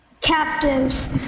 Captives